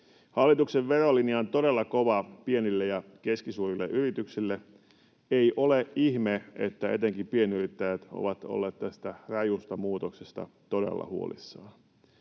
Hallituksen verolinja on todella kova pienille ja keskisuurille yrityksille. Ei ole ihme, että etenkin pienyrittäjät ovat olleet tästä rajusta muutoksesta todella huolissaan.